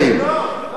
לא קיים.